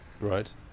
Right